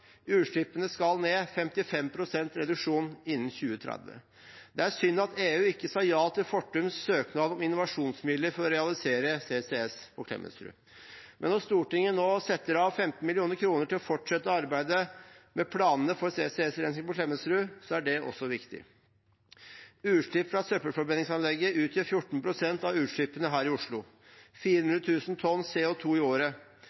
Utslippene skal ned – 55 pst. reduksjon innen 2030. Det er synd at EU ikke sa ja til Fortums søknad om innovasjonsmidler for å realisere CCS på Klemetsrud. Men når Stortinget nå setter av 15 mill. kr til å fortsette arbeidet med planene for CCS-rensing på Klemetsrud, er det også viktig. Utslipp fra søppelforbrenningsanlegget utgjør 14 pst. av utslippene her i Oslo, 400 000 tonn CO 2 i året.